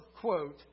quote